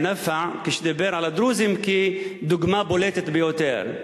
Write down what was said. נפאע כשדיבר על הדרוזים כדוגמה בולטת ביותר.